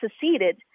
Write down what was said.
seceded